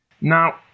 Now